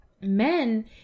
men